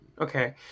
Okay